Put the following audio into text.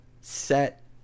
set